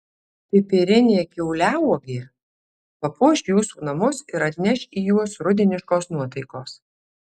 pipirinė kiauliauogė papuoš jūsų namus ir atneš į juos rudeniškos nuotaikos